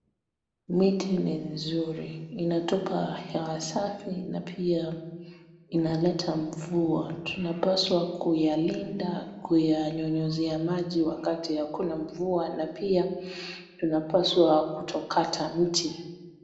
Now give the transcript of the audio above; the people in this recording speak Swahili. Miti ni mzuri inatupa hewa safi na pia inaleta mvua , tunapaswa kuyalinda , kuyanyunyuzia maji wakati hakuna mvua na pia tunapaswa kutokata mti.